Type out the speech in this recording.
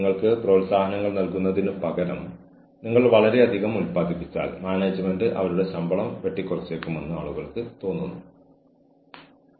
നിങ്ങളുടെ അധികാരപരിധിക്കുള്ളിൽ അവരുടെ പരാതികൾ കേൾക്കുന്നുണ്ടെന്ന് ആ വ്യക്തിക്ക് അറിയാമെങ്കിൽ ആ വ്യക്തി ഇടപെടുകയോ അട്ടിമറിക്കുകയോ മറ്റെന്തെങ്കിലും ചെയ്യുകയോ ചെയ്യില്ല